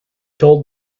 told